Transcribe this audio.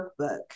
workbook